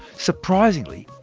surprisingly,